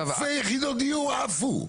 אלפי יחידות דיור עפו.